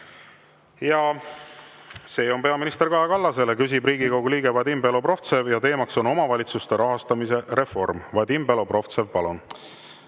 See on peaminister Kaja Kallasele, küsib Riigikogu liige Vadim Belobrovtsev ja teema on omavalitsuste rahastamise reform. Vadim Belobrovtsev, palun!